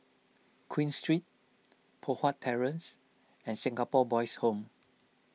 Queen Street Poh Huat Terrace and Singapore Boys' Home